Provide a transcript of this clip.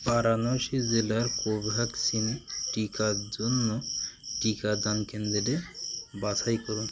বারাণসী জেলার কোভ্যাক্সিন টিকার জন্য টিকাদান কেন্দ্রের বাছাই করুন